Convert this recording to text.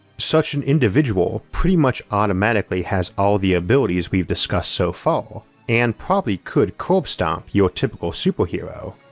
such an individual pretty much automatically has all the abilities we've discussed so far and probably could curbstomp your typical superhero,